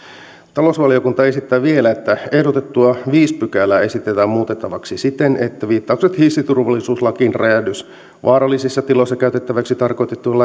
talousvaliokunta esittää vielä että ehdotettua viidettä pykälää esitetään muutettavaksi siten että viittaukset hissiturvallisuuslakiin räjähdysvaarallisissa tiloissa käytettäviksi tarkoitettujen